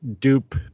dupe